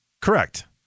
Correct